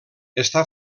està